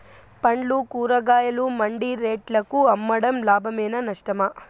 పండ్లు కూరగాయలు మండి రేట్లకు అమ్మడం లాభమేనా నష్టమా?